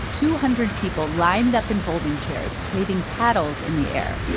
two hundred people lined up and folding chairs, waving paddles in the air.